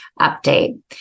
update